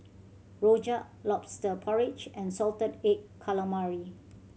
rojak Lobster Porridge and salted egg calamari